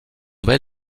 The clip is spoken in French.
bel